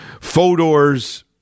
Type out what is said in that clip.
Fodor's